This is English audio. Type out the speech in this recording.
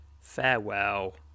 farewell